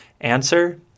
Answer